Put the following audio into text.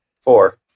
Four